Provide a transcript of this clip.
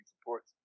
supports